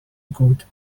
good